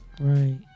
right